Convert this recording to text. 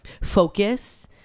focus